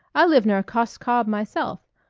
i live near cos cob myself.